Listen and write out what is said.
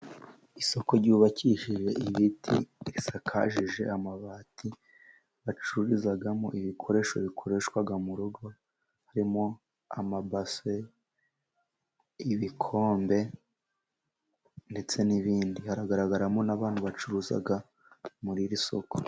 Isoko ryubakishije ibiti, risakaje amabati, bacururizamo ibikoresho bikoreshwa mu rugo, harimo amabase, ibikombe, ndetse n'ibindi. Hagaragaramo n'abantu bacuruza muri iri soko.